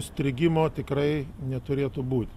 strigimo tikrai neturėtų būt